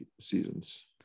seasons